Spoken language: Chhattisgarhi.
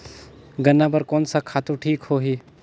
गन्ना बार कोन सा खातु ठीक होही?